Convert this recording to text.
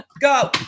Go